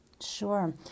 Sure